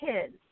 kids